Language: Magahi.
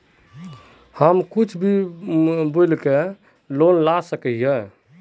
हम कुछ भी बोल के लोन ला सके हिये?